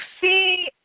See